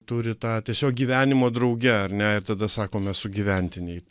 turi tą tiesiog gyvenimo drauge ar ne ir tada sakome sugyventiniai